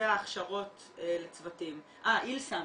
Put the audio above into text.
איל סם